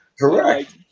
correct